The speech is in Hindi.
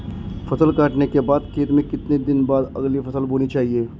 फसल काटने के बाद खेत में कितने दिन बाद अगली फसल बोनी चाहिये?